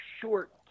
short